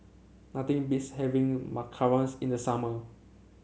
nothing beats having Macarons in the summer